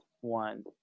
one